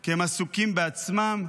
כי הם עסוקים בעצמם,